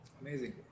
Amazing